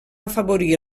afavorir